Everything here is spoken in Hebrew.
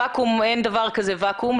אין דבר כזה ואקום,